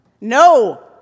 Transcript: No